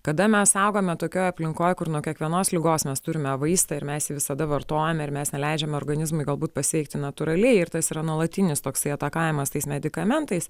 kada mes augame tokioj aplinkoj kur nuo kiekvienos ligos mes turime vaistą ir mes jį visada vartojame ir mes neleidžiame organizmui galbūt pasveikti natūraliai ir tas yra nuolatinis toksai atakavimas tais medikamentais